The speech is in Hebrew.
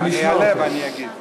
אני אעלה ואני אגיב.